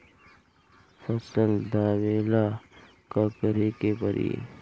फसल दावेला का करे के परी?